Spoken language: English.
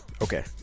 Okay